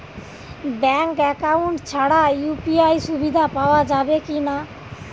Bank account ছাড়া UPI সুবিধা পাওয়া যাবে কি না?